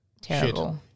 terrible